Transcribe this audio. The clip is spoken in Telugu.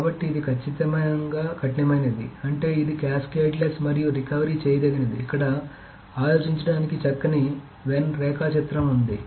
కాబట్టి ఇది ఖచ్చితంగా కఠినమైనది అంటే ఇది క్యాస్కేడ్లెస్ మరియు రికవరీ చేయదగినది ఇక్కడ ఆలోచించడానికి చక్కని వెన్ రేఖాచిత్రం ఉంది